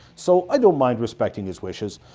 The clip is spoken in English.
so i don't mind respecting his wishes.